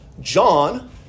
John